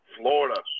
Florida